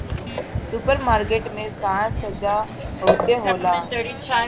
super market में साज सज्जा बहुते होला